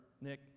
Nick